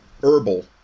herbal